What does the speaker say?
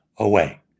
away